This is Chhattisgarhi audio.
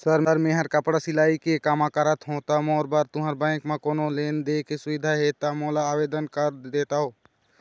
सर मेहर कपड़ा सिलाई कटाई के कमा करत हों ता मोर बर तुंहर बैंक म कोन्हों लोन दे के सुविधा हे ता मोर ला आवेदन कर देतव?